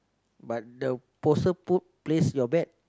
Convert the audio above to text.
but the poser poop place your bet